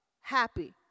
happy